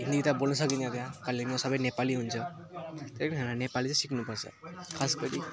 हिन्दी त बोल्न सकिँदैन त्यहाँ कालेबुङमा सबै नेपाली हुन्छ त्यही नै हामीले नेपाली चाहिँ सिक्नुपर्छ खासगरी